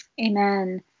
Amen